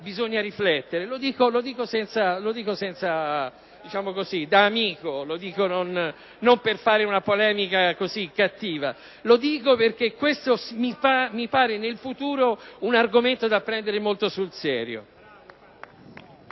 bisogna riflettere. Lo dico da amico, non per fare una polemica cattiva: lo dico perche´ questo mi pare nel futuro un argomento da prendere molto sul serio.